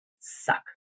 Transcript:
suck